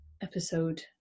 episode